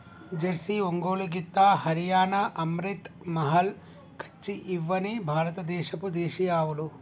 Jersey, Ongole గిత్త, హరియాణా, అమ్రిత్ మహల్, కచ్చి ఇవ్వని భారత దేశపు దేశీయ ఆవులు